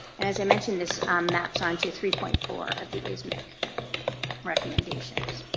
as i mentioned, this maps onto three point four of the ismicc recommendations.